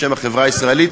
בשם החברה הישראלית,